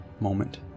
moment